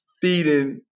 feeding